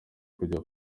kujya